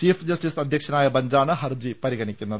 chief justice അധ്യക്ഷനായ ബെഞ്ചാണ് ഹർജി പരി ഗണിക്കുന്നത്